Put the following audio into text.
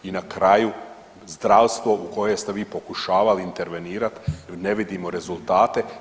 I na kraju zdravstvo u koje ste vi pokušavali intervenirat, ne vidimo rezultate.